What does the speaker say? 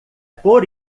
por